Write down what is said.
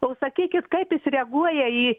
o sakykit kaip jis reaguoja į